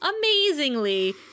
amazingly